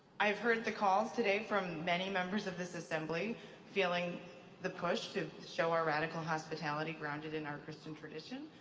i've heard the calls today from many members of this assembly feeling the push to show our radical hospitality grounded in our christian tradition.